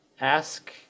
ask